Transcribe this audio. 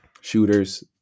shooters